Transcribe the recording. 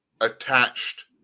attached